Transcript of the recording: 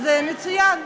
אז מצוין,